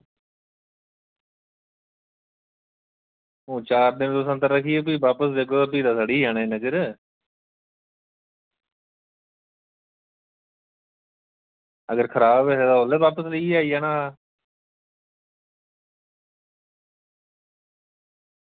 ओह् चार दिन अंदर रक्खियै भी तुस बापस देओ ते सड़ी गै जाने इन्ने चिर अगर खराब हे ते उसलै बापस लेइयै आई जाना हा